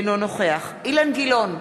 אינו נוכח אילן גילאון,